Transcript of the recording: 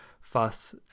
fuss